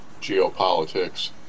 geopolitics